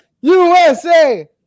USA